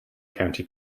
county